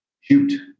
shoot